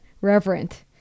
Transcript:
reverent